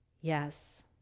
yes